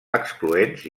excloents